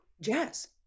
jazz